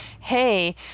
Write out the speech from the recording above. Hey